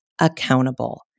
accountable